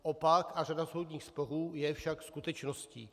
Opak a řada soudních sporů je však skutečností.